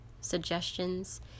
Suggestions